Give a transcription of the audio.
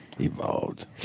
Evolved